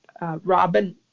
Robin